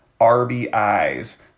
RBIs